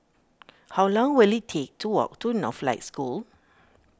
how long will it take to walk to Northlight School